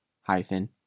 hyphen